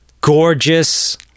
Gorgeous